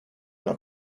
not